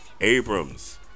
Abrams